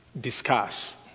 Discuss